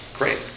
Great